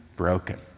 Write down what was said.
broken